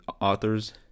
authors